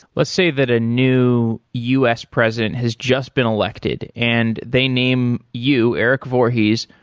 let's say that a new u s. president has just been elected and they name you, erik voorhees,